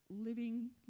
living